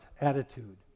attitude